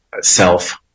self